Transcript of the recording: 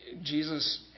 Jesus